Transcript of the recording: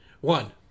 one